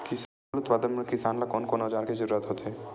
फसल उत्पादन बर किसान ला कोन कोन औजार के जरूरत होथे?